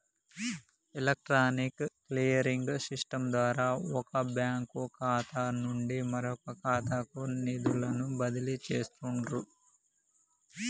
electronic clearing system ద్వారా వొక bank ఖాతా నుండి మరొకఖాతాకు నిధులను బదిలీ చేస్తండ్రు